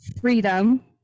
freedom